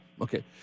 Okay